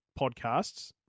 podcasts